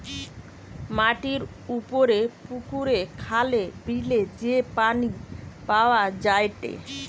মাটির উপরে পুকুরে, খালে, বিলে যে পানি পাওয়া যায়টে